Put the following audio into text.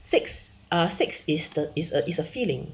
six ah six is the is a is a feeling